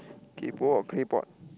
kaypoh or claypot